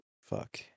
Fuck